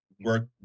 work